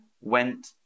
went